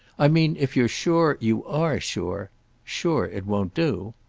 i mean if you're sure you are sure sure it won't do.